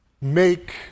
make